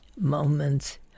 moments